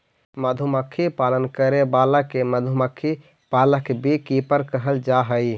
मधुमक्खी पालन करे वाला के मधुमक्खी पालक बी कीपर कहल जा हइ